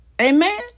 Amen